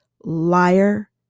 liar